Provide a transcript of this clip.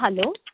hello